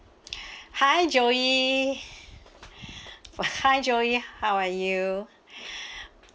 hi joey uh hi joey how are you